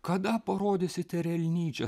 kada parodysite erelnyčią